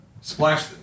splash